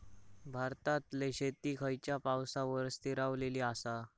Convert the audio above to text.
भारतातले शेती खयच्या पावसावर स्थिरावलेली आसा?